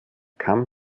kam